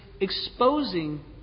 exposing